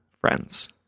friends